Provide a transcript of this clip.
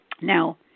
Now